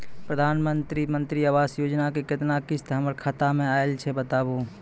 प्रधानमंत्री मंत्री आवास योजना के केतना किस्त हमर खाता मे आयल छै बताबू?